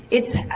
it's.